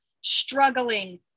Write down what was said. struggling